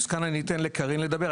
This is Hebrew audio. כאן אני אתן לקארין לדבר,